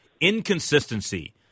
inconsistency